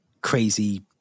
crazy